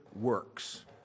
works